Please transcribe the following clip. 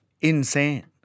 insane